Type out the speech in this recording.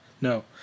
No